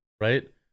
right